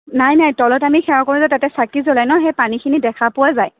নাই নাই তলত আমি সেৱা কৰিলে তাতে চাকি জ্বলাই ন সেই পানীখিনি দেখা পোৱা যায়